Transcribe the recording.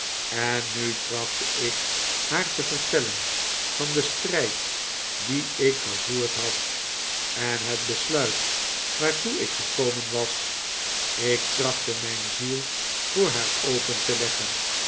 en nu trachtte ik haar te vertellen van den strijd dien ik gevoerd had en het besluit waartoe ik gekomen was ik trachtte mijn ziel voor haar open te leggen